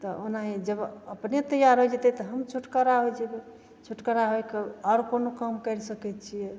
तऽ ओनाहि जब अपने तैआर होइ जेतै तऽ हम छुटकारा होइ जेबै छुटकारा होइके आओर कोनो काम करि सकै छिए